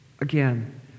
Again